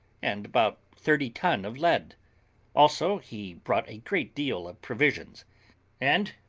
and about thirty ton of lead also he brought a great deal of provisions and,